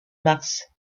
mars